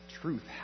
truth